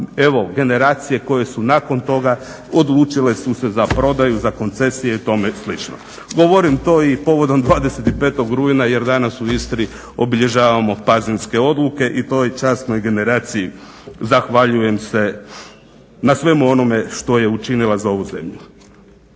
evo generacije koje su nakon toga odlučile su se za prodaju, za koncesije i tome slično. Govorim to i povodom 25.rujna jer danas u Istri obilježavamo Pazinske odluke i toj časnoj generaciji zahvaljujem se na svemu onome što je učinila za ovu zemlju.